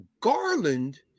Garland